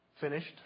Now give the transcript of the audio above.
Finished